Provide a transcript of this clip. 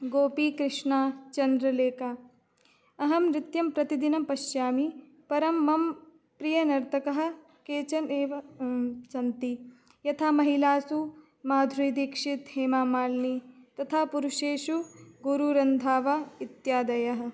गोपीकृष्णा चन्द्रलेखा अहं नृत्यं प्रतिदिनं पश्यामि परं मम प्रियनर्तकः केचन् एव सन्ति यथा महिलासु माधुरिदिक्षित् हेमामाल्नि तथा पुरुषेषु गुरुरन्धावा इत्यादयः